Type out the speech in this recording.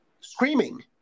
screaming